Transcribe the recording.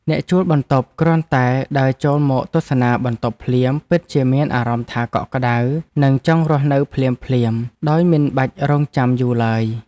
អ្នកជួលបន្ទប់គ្រាន់តែដើរចូលមកទស្សនាបន្ទប់ភ្លាមពិតជាមានអារម្មណ៍ថាកក់ក្ដៅនិងចង់រស់នៅភ្លាមៗដោយមិនបាច់រង់ចាំយូរឡើយ។